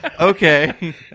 Okay